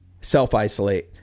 self-isolate